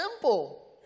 simple